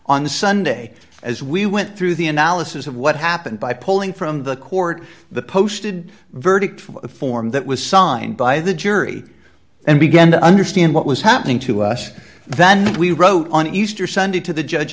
the sunday as we went through the analysis of what happened by polling from the court the posted verdict from a form that was signed by the jury and began to understand what was happening to us then we wrote on easter sunday to the judge